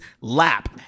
lap